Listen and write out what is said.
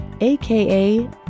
aka